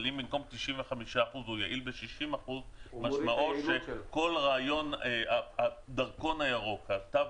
אבל אם במקום 95% הוא יעיל ב-60% משמעו שכל רעיון הדרכון הירוק והתו